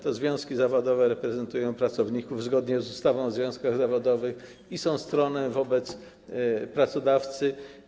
To związki zawodowe reprezentują pracowników zgodnie z ustawą o związkach zawodowych i są stroną wobec pracodawcy.